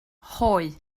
hoe